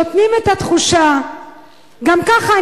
שנותנים את התחושה גם ככה,